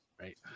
right